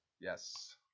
Yes